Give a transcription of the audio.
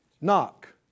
Knock